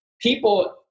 People